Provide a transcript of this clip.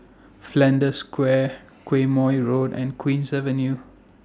Flanders Square Quemoy Road and Queen's Avenue